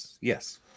yes